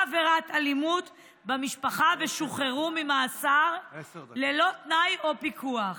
עבירת אלימות במשפחה ושוחררו ממעצר ללא תנאי או פיקוח.